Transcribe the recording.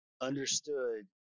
understood